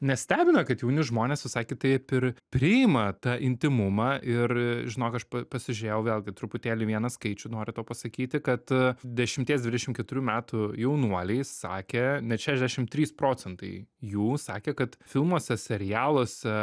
nestebina kad jauni žmonės visai kitaip ir priima tą intymumą ir žinok aš pa pasižiūrėjau vėlgi truputėlį vieną skaičių noriu tau pasakyti kad dešimties dvidešim keturių metų jaunuoliai sakė net šešdešim trys procentai jų sakė kad filmuose serialuose